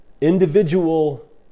individual